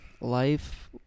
life